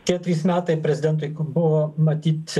tie trys metai prezidentui buvo matyt